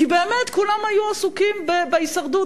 כי באמת כולם היו עסוקים בהישרדות.